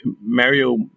Mario